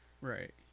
right